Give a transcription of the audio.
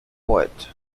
poet